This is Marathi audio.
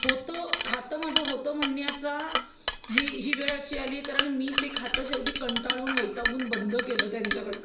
होतं खातं माझं होतं म्हणण्याचा हे ही वेळ अशी आली आहे कारण मी ते खातं शेवटी कंटाळून वैतागून बंद केलं त्यांच्याकडनं